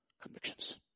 convictions